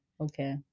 Okay